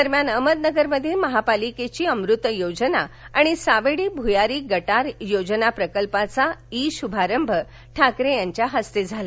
दरम्यान अहमदनगरमध्ये महापालिकेची अमृत योजना आणि सावेडी भुयारी गटार योजना प्रकल्पाचा ई शुभारंभही ठाकरे यांच्या हस्ते झाला